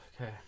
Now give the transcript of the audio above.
Okay